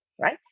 right